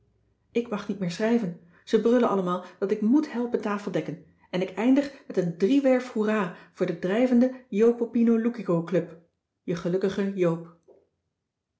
ik mag niet meer schrijven ze brullen allemaal dat ik moèt helpen tafel dekken en ik eindig met een driewerf hoera voor de drijvende jopopinoloukicoclub je gelukkige joop